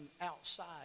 outside